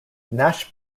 nash